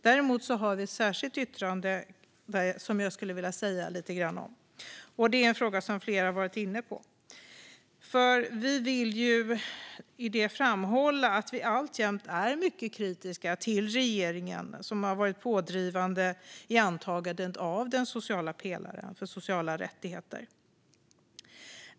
Däremot har vi ett särskilt yttrande som jag vill säga lite om. Det rör en fråga som flera har varit inne på. Vi vill i yttrandet framhålla att vi alltjämt är mycket kritiska till regeringen, som har varit pådrivande i antagandet av den sociala pelaren för sociala rättigheter.